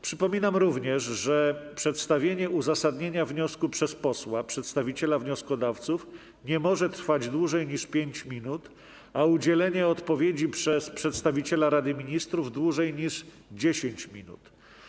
Przypominam również, że przedstawienie uzasadnienia wniosku przez posła przedstawiciela wnioskodawców nie może trwać dłużej niż 5 minut, a udzielenie odpowiedzi przez przedstawiciela Rady Ministrów - dłużej niż 10 minut.